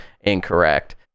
incorrect